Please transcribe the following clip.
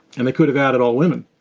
and they could have added all women.